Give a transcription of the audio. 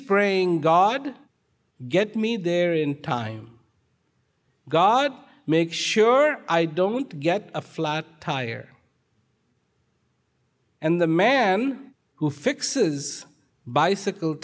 he's praying god get me there in time god make sure i don't get a flat tire and the man who fixes bicycle